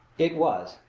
it was,